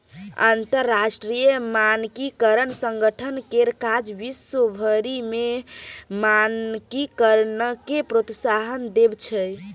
अंतरराष्ट्रीय मानकीकरण संगठन केर काज विश्व भरि मे मानकीकरणकेँ प्रोत्साहन देब छै